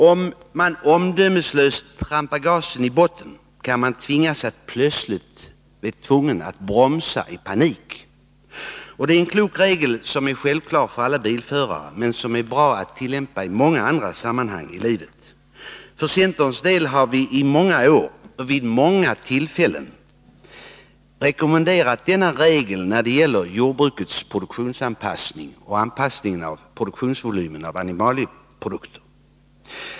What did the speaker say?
Om man trampar gasen i botten, kan man plötsligt bli tvingad att bromsa i panik. Det är en självklar och klok regel för alla bilförare att inte göra så, men den är också bra att tillämpa i många andra sammanhang i livet. Centern har vid åtskilliga tillfällen under många år rekommenderat denna regel när det gäller jordbrukets produktionsanpassning 'och inte minst volymen av animalieprodukter.